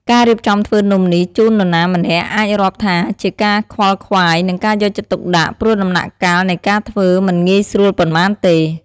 ការរៀបចំំធ្វើនំនេះជូននរណាម្នាក់អាចរាប់ថាជាការខ្វល់ខ្វាយ និងការយកចិត្តទុកដាក់ ព្រោះដំណាក់កាលនៃការធ្វើមិនងាយស្រួលប៉ុន្មានទេ។